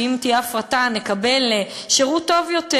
שאם תהיה הפרטה נקבל שירות טוב יותר,